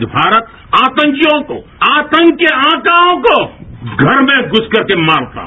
आज भारत आतंकियों को आतंक के आकाओं को घर में घुस करके मारता है